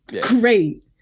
great